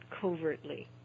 covertly